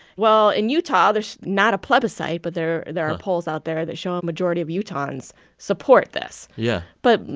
well, in utah there's not a plebiscite. but there there are polls out there that show a majority of utahns support this. yeah but,